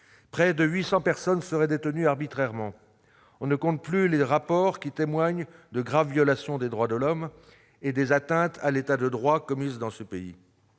Près de 800 personnes seraient détenues arbitrairement ; on ne compte plus les rapports qui témoignent des graves violations des droits de l'homme et des atteintes à l'État de droit commises dans ce pays.